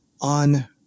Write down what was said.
on